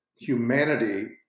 humanity